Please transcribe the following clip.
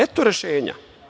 Eto rešenja.